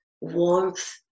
warmth